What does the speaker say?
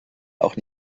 auch